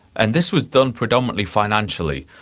and this was done predominantly financially.